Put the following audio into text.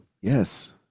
yes